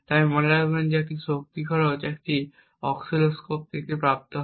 তাই মনে রাখবেন যে এই শক্তি খরচ একটি অসিলোস্কোপ থেকে প্রাপ্ত হয়